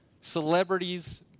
Celebrities